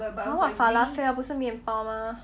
!huh! what falafel 不是面包吗